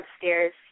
upstairs